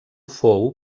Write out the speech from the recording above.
fou